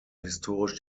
historisch